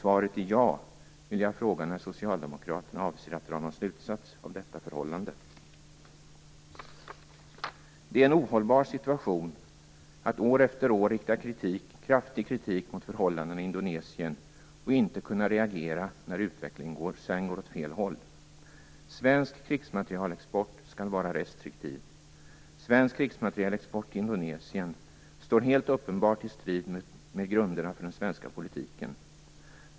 Det är en ohållbar situation att år efter år rikta kraftig kritik mot förhållandena i Indonesien och inte kunna reagera när utvecklingen sedan går åt fel håll. Svensk krigsmaterielexport skall vara restriktiv. Svensk krigsmaterielexport till Indonesien står helt uppenbart i strid mot grunderna för den svenska politiken.